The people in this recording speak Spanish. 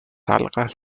algas